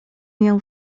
miał